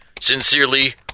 Sincerely